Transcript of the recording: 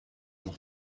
noch